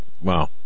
wow